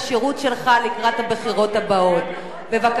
בבקשה, חברת הכנסת קירשנבאום, לרשותך שלוש דקות.